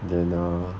then err